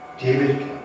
David